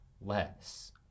less